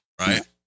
right